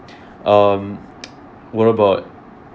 um what about